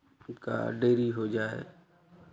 का डेयरी हो जाए